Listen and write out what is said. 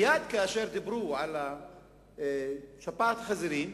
מייד כאשר דיברו על שפעת החזירים,